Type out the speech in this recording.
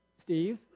Steve